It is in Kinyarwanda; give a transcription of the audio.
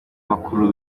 bakuru